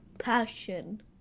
Passion